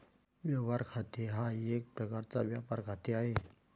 व्यवहार खाते हा एक प्रकारचा व्यापार खाते आहे